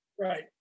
Right